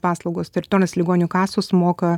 paslaugos teritorinės ligonių kasos moka